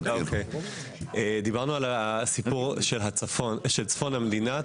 דיברנו על הסיפור של צפון המדינה,